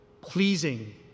Pleasing